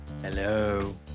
Hello